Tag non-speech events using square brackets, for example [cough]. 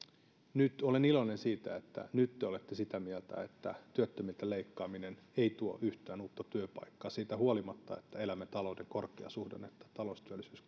olen iloinen siitä että nyt te olette sitä mieltä että työttömiltä leikkaaminen ei tuo yhtään uutta työpaikkaa siitä huolimatta että elämme talouden korkeasuhdannetta ja talous ja työllisyys [unintelligible]